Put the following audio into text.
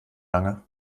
lange